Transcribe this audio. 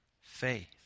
faith